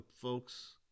folks